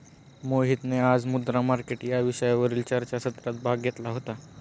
मोहितने आज मुद्रा मार्केट या विषयावरील चर्चासत्रात भाग घेतला होता